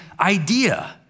idea